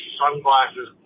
sunglasses